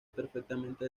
perfectamente